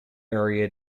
area